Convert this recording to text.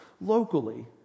locally